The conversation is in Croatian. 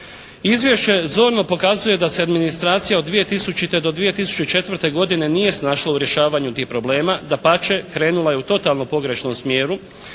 Izvješće zorno pokazuje da se administracija od 2000. do 2004. godine nije snašla u rješavanju tih problema. Dapače, krenula je u totalno pogrešnom smjernu,